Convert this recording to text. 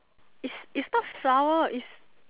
is is not sour is